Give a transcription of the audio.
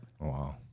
Wow